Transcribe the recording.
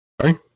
Sorry